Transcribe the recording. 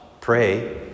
pray